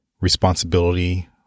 responsibility